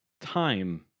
time